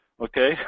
Okay